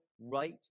right